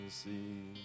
see